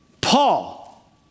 Paul